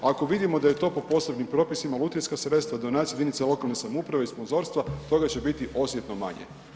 Ako vidimo da je to po posebnim propisima, lutrijska sredstva, donacije jedinica lokalne samouprave i sponzorstva toga će biti osjetno manje.